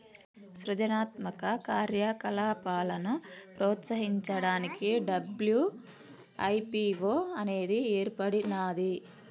సృజనాత్మక కార్యకలాపాలను ప్రోత్సహించడానికి డబ్ల్యూ.ఐ.పీ.వో అనేది ఏర్పడినాది